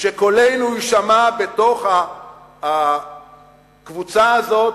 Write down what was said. שקולנו יישמע בתוך הקבוצה הזאת,